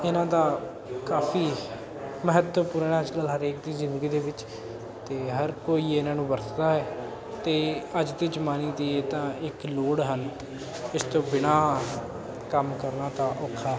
ਇਹਨਾਂ ਦਾ ਕਾਫੀ ਮਹੱਤਵਪੂਰਣ ਅੱਜ ਕੱਲ੍ਹ ਹਰੇਕ ਦੀ ਜ਼ਿੰਦਗੀ ਦੇ ਵਿੱਚ ਅਤੇ ਹਰ ਕੋਈ ਇਹਨਾਂ ਨੂੰ ਵਰਤਦਾ ਹੈ ਅਤੇ ਅੱਜ ਦੇ ਜ਼ਮਾਨੇ ਦੀ ਇਹ ਤਾਂ ਇੱਕ ਲੋੜ ਹਨ ਇਸ ਤੋਂ ਬਿਨਾਂ ਕੰਮ ਕਰਨਾ ਤਾਂ ਔਖਾ